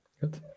Good